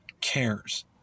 cares